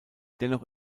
dennoch